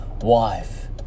wife